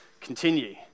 continue